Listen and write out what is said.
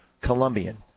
Colombian